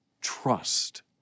trust